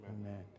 Amen